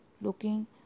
looking